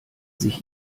sich